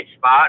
spot